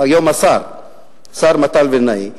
היום השר מתן וילנאי,